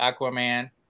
Aquaman